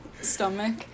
stomach